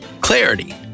clarity